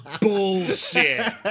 bullshit